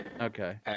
Okay